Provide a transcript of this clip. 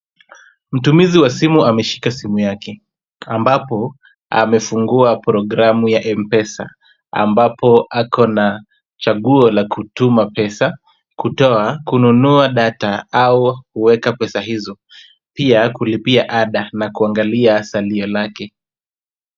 Mtumizi wa simu ameshika simu yake ambapo amefungua programu ya m-pesa ambapo ako na chaguo la kutuma pesa, kutoa, kununua data au kuweka pesa hizo. Pia, kulipia ada na kuangalia salio lake.